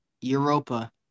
Europa